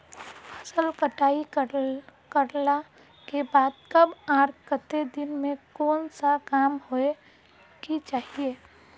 फसल कटाई करला के बाद कब आर केते दिन में कोन सा काम होय के चाहिए?